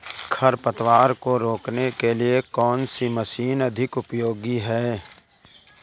खरपतवार को रोकने के लिए कौन सी मशीन अधिक उपयोगी है?